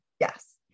Yes